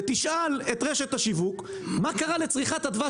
ותשאל את רשת השיווק מה קרה לצריכת הדבש